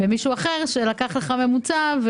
ומישהו אחר שלקח ממוצע.